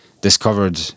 discovered